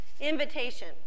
Invitation